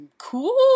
Cool